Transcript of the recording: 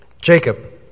Jacob